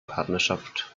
partnerschaft